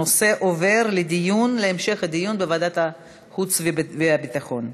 הנושא עובר להמשך דיון בוועדת החוץ והביטחון.